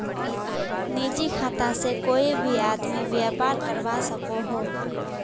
निजी खाता से कोए भी आदमी व्यापार करवा सकोहो